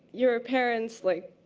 your ah parents, like.